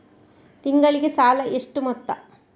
ತಿಂಗಳಿಗೆ ಸಾಲ ಎಷ್ಟು ಮೊತ್ತ?